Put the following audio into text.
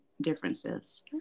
differences